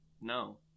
no